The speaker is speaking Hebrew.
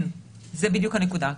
כן, זו בדיוק הנקודה.